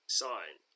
sign